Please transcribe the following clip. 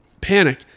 Panic